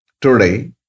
today